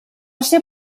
ser